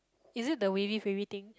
is it the wavey wavey thing